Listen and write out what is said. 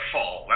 Fall